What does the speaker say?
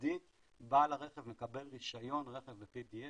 מיידית בעל הרכב מקבל רישיון רכב ב-PDF.